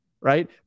right